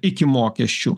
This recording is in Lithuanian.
iki mokesčių